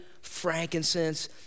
frankincense